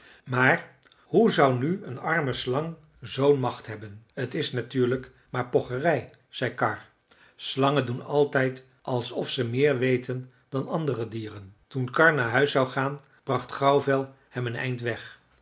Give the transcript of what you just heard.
maar hoe zou nu een arme slang zoo'n macht hebben t is natuurlijk maar pocherij zei karr slangen doen altijd alsof ze meer weten dan andere dieren toen karr naar huis zou gaan bracht grauwvel hem een eind weg